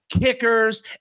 kickers